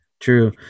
True